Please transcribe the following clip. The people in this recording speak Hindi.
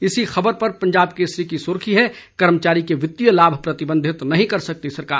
इसी खबर पर पंजाब केसरी की सुर्खी है कर्मचारी के वित्तीय लाभ प्रतिबंधित नहीं कर सकती सरकार